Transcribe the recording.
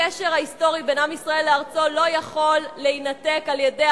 הקשר ההיסטורי בין עם ישראל לארצו לא יכול להינתק על-ידי